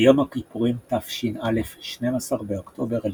ביום הכיפורים תש"א, 12 באוקטובר 1940,